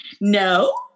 No